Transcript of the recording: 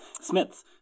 smiths